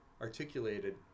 articulated